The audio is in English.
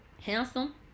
handsome